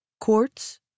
quartz